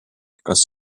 kas